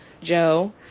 Joe